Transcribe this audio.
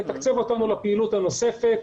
לתקצב אותנו לפעילות הנוספת.